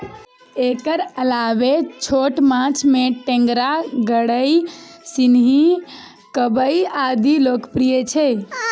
एकर अलावे छोट माछ मे टेंगरा, गड़ई, सिंही, कबई आदि लोकप्रिय छै